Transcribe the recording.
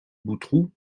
boutroux